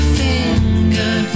finger